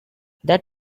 that